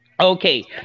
Okay